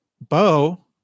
bo